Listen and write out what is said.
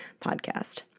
podcast